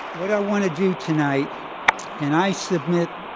what i want to do tonight and i submit,